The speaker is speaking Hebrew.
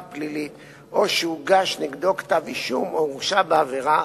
פלילית או שהוגש נגדו כתב-אישום או שהורשע בעבירה,